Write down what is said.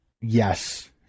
yes